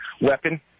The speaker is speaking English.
weapon